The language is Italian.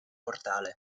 portale